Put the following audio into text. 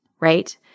right